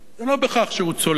זה לא בכך שהוא צולע,